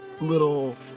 little